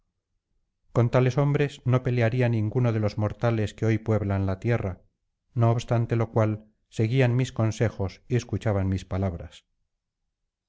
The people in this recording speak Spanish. con tales hombres no pelearía ninguno de los mortales que hoy pueblan la tierra no obstante lo cual seguían mis consejos y escuchaban mis palabras